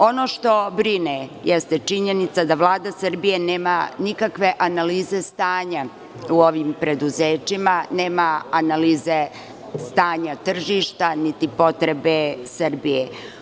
Ono što brine, jeste činjenica da Vlada Srbije nema nikakve analize stanja u ovim preduzećima, nema analize stanja tržišta, niti potrebe Srbije.